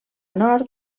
nord